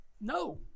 No